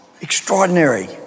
Extraordinary